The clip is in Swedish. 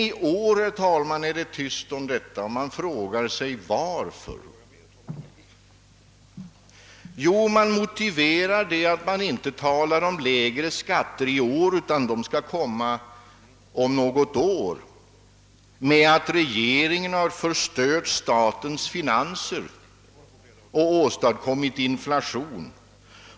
I år har emellertid detta tal tystnat. Varför är det på det sättet? Jo, oppositionen motiverar sin ståndpunkt att nu inte tala om lägre skatter — förslag om sådana skall i stället redovisas om något år — med att regeringen har förstört statens finanser och åstadkommit inflation.